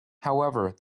however